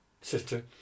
sister